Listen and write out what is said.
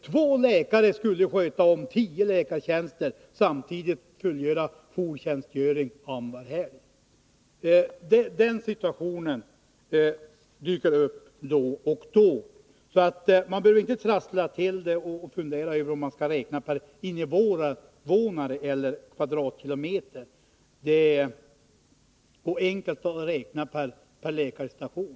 Två läkare skulle sköta tio läkartjänster, genom bl.a. denna jourtjänstgöring. Den situationen dyker upp då och då. Man behöver inte trassla till det och fundera över om man skall räkna per innevånare eller per kvadratkilometer, det är enkelt att räkna per läkarstation.